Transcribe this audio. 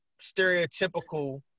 stereotypical